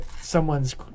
someone's